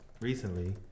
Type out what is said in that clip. recently